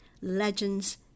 legends